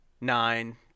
nine